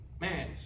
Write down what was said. man